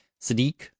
Sadiq